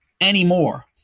anymore